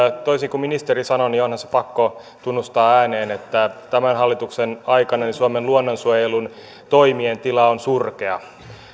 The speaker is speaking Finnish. toisin kuin ministeri sanoi niin on niin sanottu pakko tunnustaa ääneen että tämän hallituksen aikana suomen luonnonsuojelun toimien tila on surkea